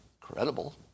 credible